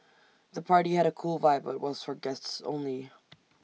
the party had A cool vibe but was for guests only